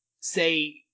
say